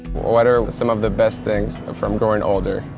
what are some of the best things from growing older.